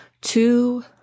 two